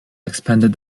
expanded